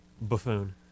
Buffoon